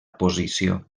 posició